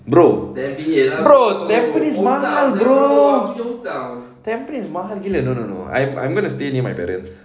bro bro tampines mahal bro tampines mahal gila no no no I'm I'm going to stay near my parents